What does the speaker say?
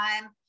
time